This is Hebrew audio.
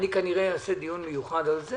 אני כנראה אעשה דיון מיוחד על זה